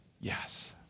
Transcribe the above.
yes